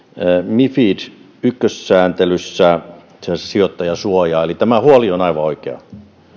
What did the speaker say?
mifid yksi sääntelyssä itse asiassa sijoittajansuojaa tämä huoli